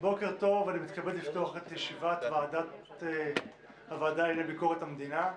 אני מתכבד לפתוח את ישיבת הוועדה לענייני ביקורת המדינה.